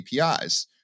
APIs